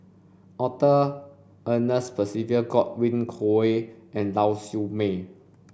Arthur Ernest Percival Godwin Koay and Lau Siew Mei